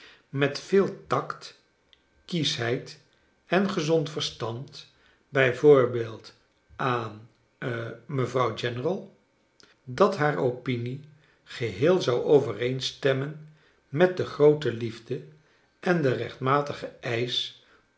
met veel tact kieschheid en gezond verstand b v aan ha mevrouw general dat haar opinie geheel zou overeenstemmen met de groote liefde en den rechtmatigen eisch